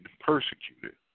persecuted